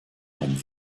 ein